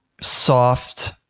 soft